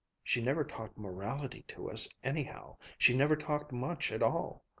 she never talked morality to us, anyhow. she never talked much at all.